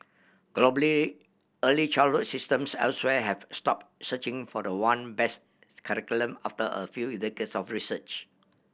globally early childhood systems elsewhere have stop searching for the one best curriculum after a few in decades of research